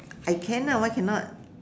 I can ah why cannot